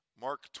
Mark